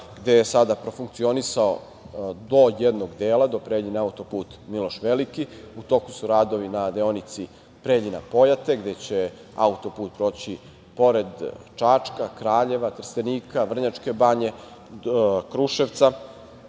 gde je sada profunkcionisao do jednog dela, do Preljine, auto-put „Miloš Veliki“. U toku su radovi na deonici Preljina-Pojate, gde će auto-put proći pored Čačka, Kraljeva, Trstenika, Vrnjačke Banje, Kruševca.